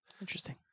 interesting